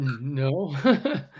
no